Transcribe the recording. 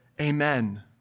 Amen